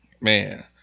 Man